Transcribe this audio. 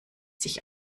sich